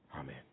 Amen